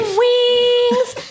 wings